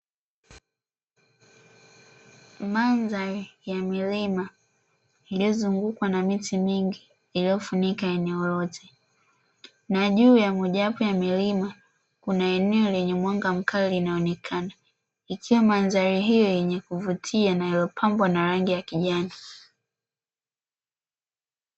Mandhari ya milima iliyozungukwa na miti mingi iliyofunika eneo lote, na juu ya moja wapo ya milima kuna eneo lenye mwanga mkali linaonekana, ikiwa mandhari hiyo yenye kuvutia na iliyopambwa na rangi ya kijani.